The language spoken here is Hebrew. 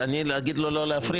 שאני אגיד לו לא להפריע?